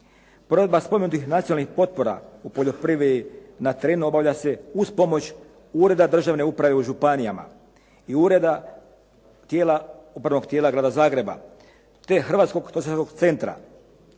Provedba spomenutih nacionalnih potpora u poljoprivredi na terenu obavlja se uz pomoć ureda državne uprave u županijama i ureda tijela, upravnog tijela Grada Zagreba te Hrvatskog …/Govornik